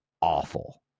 awful